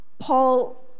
Paul